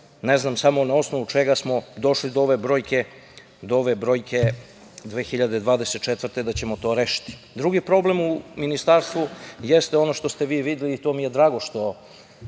ne znam samo na osnovu čega smo došli do ove brojke 2024. godine da ćemo to rešiti. Drugi problem u ministarstvu jeste ono što ste vi videli i to mi je drago što